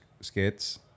skits